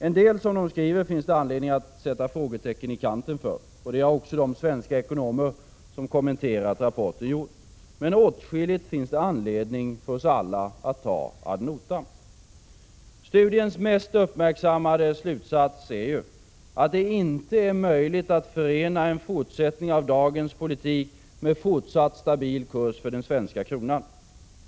En del som institutet skriver finns det anledning att sätta frågetecken i kanten för, och det har ju också de svenska ekonomer som kommenterat rapporten gjort. Men åtskilligt finns det anledning för oss alla att ta ad notam. Studiens mest uppmärksammade slutsats är att det inte är möjligt att förena en fortsättning av dagens politik med fortsatt stabil kurs för den svenska kronan.